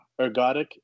ergodic